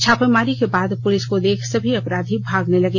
छापेमारी के बाद पुलिस को देख सभी अपराधी भागने लगे